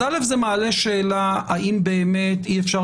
אז זה מעלה שאלה האם באמת אי אפשר